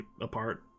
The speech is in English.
apart